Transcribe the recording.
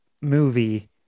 movie